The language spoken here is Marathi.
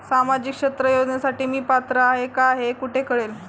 सामाजिक क्षेत्र योजनेसाठी मी पात्र आहे का हे कुठे कळेल?